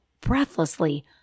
breathlessly